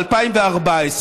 ב-2014,